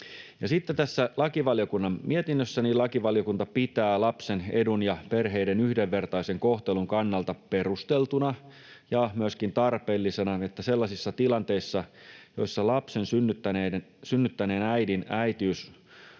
lakivaliokunnan mietinnössä lakivaliokunta pitää lapsen edun ja perheiden yhdenvertaisen kohtelun kannalta perusteltuna ja myöskin tarpeellisena, että sellaisissa tilanteissa, joissa lapsen synnyttäneen äidin äitiys